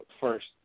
first